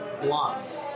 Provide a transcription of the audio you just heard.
blonde